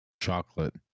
Chocolate